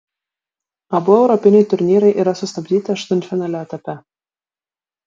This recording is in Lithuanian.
abu europiniai turnyrai yra sustabdyti aštuntfinalio etape